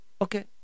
Okay